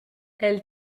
elle